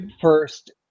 first